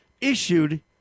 issued